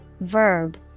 Verb